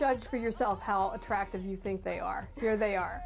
judge for yourself how attractive you think they are here they are